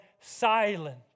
silent